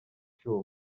cyuma